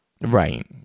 Right